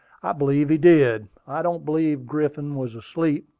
i believe he did. i don't believe griffin was asleep.